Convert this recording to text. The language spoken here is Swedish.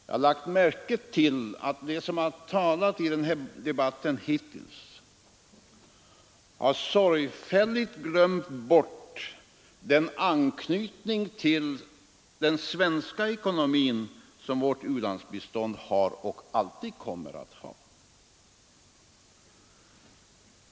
Jag har lagt märke till att de som hittills talat i debatten sorgfälligt glömt bort den anknytning till den svenska ekonomin som vårt u-landsbistånd har och alltid kommer att ha.